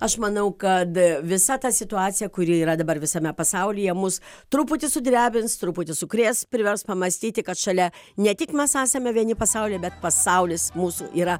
aš manau kad visa ta situacija kuri yra dabar visame pasaulyje mus truputį sudrebins truputį sukrės privers pamąstyti kad šalia ne tik mes esame vieni pasaulyje bet pasaulis mūsų yra